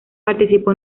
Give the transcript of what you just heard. participó